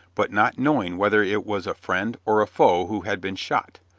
but not knowing whether it was a friend or a foe who had been shot.